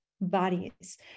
bodies